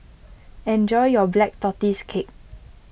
enjoy your Black Tortoise Cake